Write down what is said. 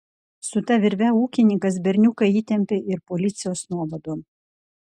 su ta virve ūkininkas berniuką įtempė ir policijos nuovadon